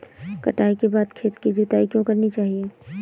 कटाई के बाद खेत की जुताई क्यो करनी चाहिए?